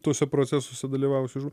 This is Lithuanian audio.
tuose procesuose dalyvavusių žv